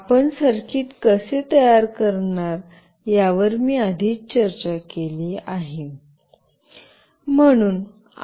आपण सर्किट कसे तयार करणार यावर मी आधीच चर्चा केली आहे